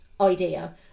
idea